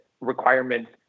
requirements